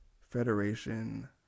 Federation